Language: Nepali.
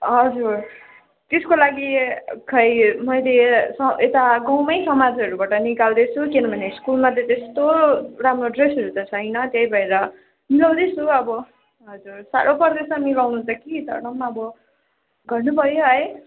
हजुर त्यसको लागि खै मैले स यता गउँमै समाजहरूबाट निकाल्दैछु किनभने स्कुलमा त त्यस्तो राम्रो ड्रेसहरू त छैन त्यही भएर मिलाउँदैछु अब हजुर साह्रो पर्दैछ मिलाउन त कि तर अब गर्नु पर्यो है